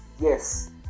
Yes